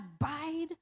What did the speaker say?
abide